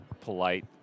polite